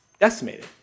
decimated